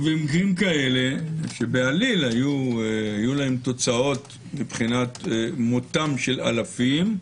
ובמקרים כאלה שבעליל היו להם תוצאות מבחינת מותם של אלפים,